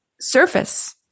surface